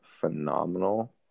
phenomenal